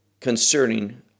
concerning